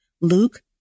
Luke